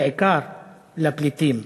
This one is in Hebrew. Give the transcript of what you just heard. בעיקר לפליטים,